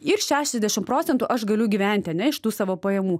ir šešiasdešim procentų aš galiu gyventi ane iš tų savo pajamų